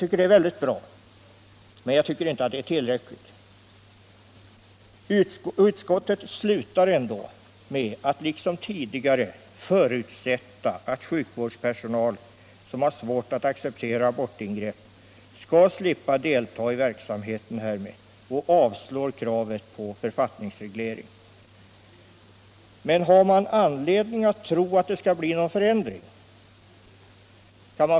Men jag tycker inte det är tillräckligt. Utskottets skrivning slutar ändå med att man förutsätter att sjukvårdspersonal, som av etiska eller religiösa skäl har svårt att acceptera abortingrepp, skall slippa delta i verksamheten härmed, och så avstyrker man kravet på författningsreglering. Har man då anledning att tro att det skall bli någon förändring?